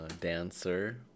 Dancer